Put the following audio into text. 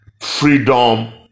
Freedom